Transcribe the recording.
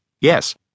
Yes